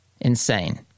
insane